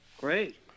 Great